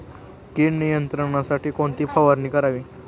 कीड नियंत्रणासाठी कोणती फवारणी करावी?